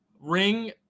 ring